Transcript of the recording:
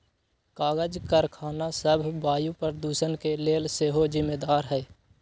कागज करखना सभ वायु प्रदूषण के लेल सेहो जिम्मेदार हइ